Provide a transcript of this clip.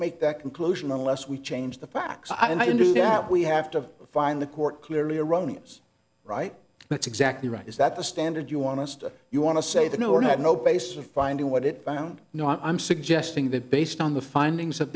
make that conclusion unless we change the facts i do that we have to find the court clearly erroneous right that's exactly right is that the standard you want us to you want to say that no or have no basis of finding what it i don't know i'm suggesting that based on the findings